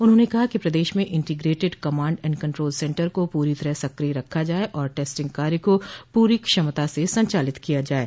उन्होंने कहा कि प्रदेश में integrated command and control centre को पूरी तरह से सक्रिय रखा जाये और टेस्टिंग कार्य को पूरी क्षमता से संचालित किया जाये